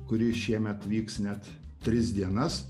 kuri šiemet vyks net tris dienas